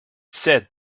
said